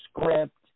script